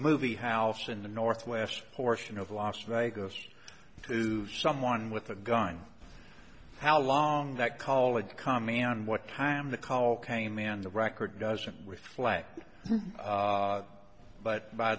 movie house in the northwest portion of las vegas to move someone with a gun how long that college coming on what time the call came in the record doesn't reflect but by